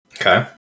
Okay